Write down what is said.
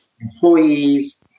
employees